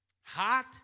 hot